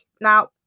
now